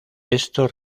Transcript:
esto